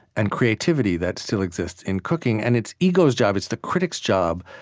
and creativity that still exists in cooking. and it's ego's job, it's the critic's job,